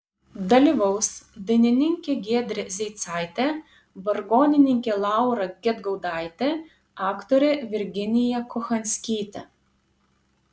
dalyvaus dainininkė giedrė zeicaitė vargonininkė laura gedgaudaitė aktorė virginija kochanskytė